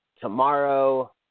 tomorrow